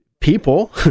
people